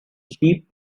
sheep